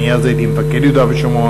אני אז הייתי מפקד יהודה ושומרון,